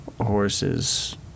horses